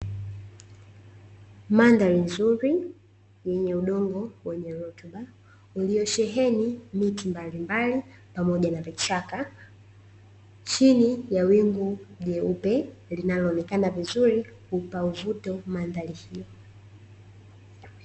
Mandhari nzuri yenye udongo wenye rutuba, uliosheheni miti mbalimbali pamoja na vichaka chini ya wingu jeupe, linaloonekana vizuri kuupa uvuto mandhari hiyo.